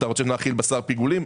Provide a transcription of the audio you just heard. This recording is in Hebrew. אתה רוצה שנאכיל בשר פיגולים?